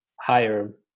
higher